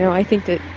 i think that